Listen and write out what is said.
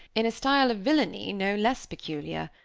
in a style of villainy no less peculiar.